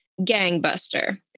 Gangbuster